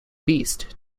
beast